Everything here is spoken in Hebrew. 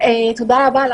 תודה רבה,